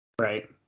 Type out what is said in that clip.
Right